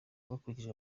hakurikijwe